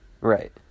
right